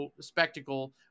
spectacle